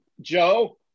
joe